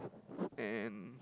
and